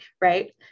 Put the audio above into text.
right